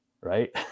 right